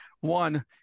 One